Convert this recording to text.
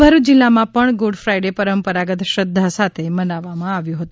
ભરૂચ જિલ્લામાં પણ ગુડફાઇડે પરંપરાગત શ્રદ્ધા સાથે મનાવવામાં આવ્યો હતો